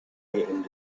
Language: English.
understood